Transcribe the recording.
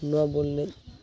ᱱᱚᱣᱟ ᱵᱚᱞ ᱮᱱᱮᱡ